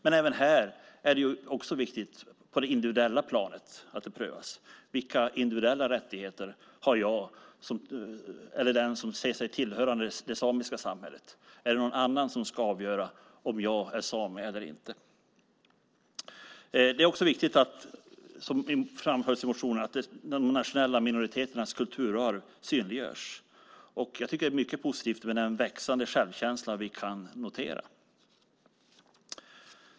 Men även här är det viktigt att det prövas på det individuella planet. Vilka individuella rättigheter har den som säger sig tillhöra det samiska samhället? Är det någon annan som ska avgöra om jag är same eller inte? Det är också viktigt att de nationella minoriteternas kulturarv synliggörs, som framhölls i motionen. Jag tycker att det är mycket positivt med den växande självkänsla vi kan notera.